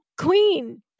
Queen